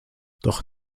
doch